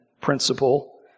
principle